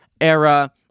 era